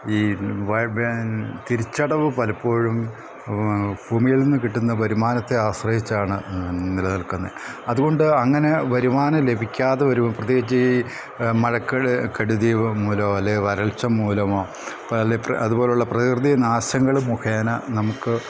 ഈ തിരിച്ചടവ് പലപ്പോഴും ഭൂമിയിൽ നിന്ന് കിട്ടുന്ന വരുമാനത്തെ ആശ്രയിച്ചാണ് നിലനിൽക്കുന്നത് അതുകൊണ്ട് അങ്ങനെ വരുമാനം ലഭിക്കാതെ ഒരു പ്രത്യേകിച്ച് ഈ മഴക്കൾ കടുതീ മൂലോ അല്ലേ വരൾച്ച മൂലമോ അപ്പോൾ അല്ലെ അതുപോലുള്ള പ്രകൃതിയ നാശങ്ങൾ മുഖേന നമുക്ക്